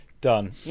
done